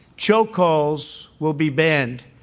chokeholds will be banned,